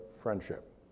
friendship